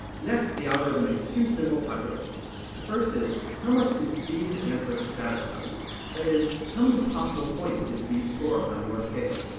next, the algorithm makes two simple calculations. the first is how much did b's answers satisfy you? that is, how many possible points did b score on your scale?